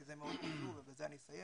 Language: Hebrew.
כי זה מאוד חשוב ובזה אני אסיים.